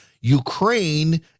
Ukraine